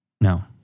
No